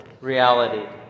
reality